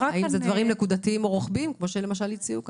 האם אלה דברים נקודתיים או רוחביים כמו שהציעו כאן.